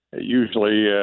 usually